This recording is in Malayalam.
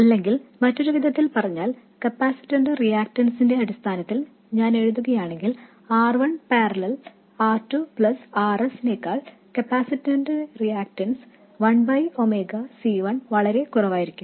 അല്ലെങ്കിൽ മറ്റൊരു വിധത്തിൽ പറഞ്ഞാൽ കപ്പാസിറ്ററിന്റെ റിയാക്റ്റൻസിന്റെ അടിസ്ഥാനത്തിൽ ഞാൻ എഴുതുകയാണെങ്കിൽ R 1 ∥ R 2 R s നേക്കാൾ കപ്പാസിറ്ററിന്റെ റിയാക്റ്റൻസ് 1 ⍵ C1 വളരെ കുറവായിരിക്കും